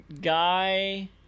Guy